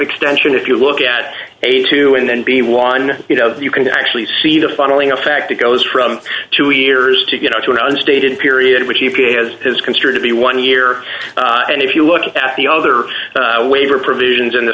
extension if you look at a two and then b one you know you can actually see the funneling effect it goes from two years to get to an unstated period which he as is considered to be one year and if you look at the other waiver provisions in the